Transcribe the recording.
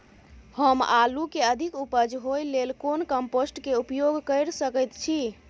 हम आलू के अधिक उपज होय लेल कोन कम्पोस्ट के उपयोग कैर सकेत छी?